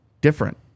different